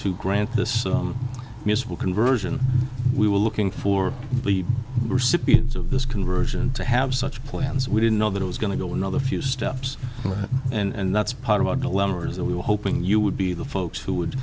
to grant this useful conversion we were looking for the recipients of this conversion to have such plans we didn't know that it was going to go another few steps and that's part of our dilemma is that we were hoping you would be the folks who would